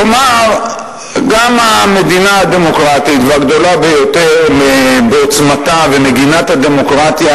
כלומר גם המדינה הדמוקרטית והגדולה ביותר בעוצמתה ומגינת הדמוקרטיה,